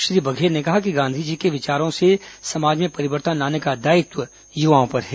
श्री बघेल ने कहा कि गांधीजी के विचारों से समाज में परिवर्तन लाने का दायित्व युवाओं पर है